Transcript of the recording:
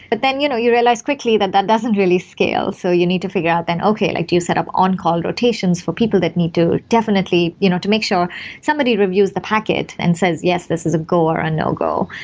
but then you know you realize quickly that that doesn't really scale, so you need to figure out then okay, like do you set up on-call rotations for people that need to definitely you know to make sure somebody reviews the packet and says yes, this is a go, or a no go.